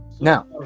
Now